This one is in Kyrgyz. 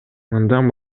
мындан